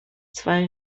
zwei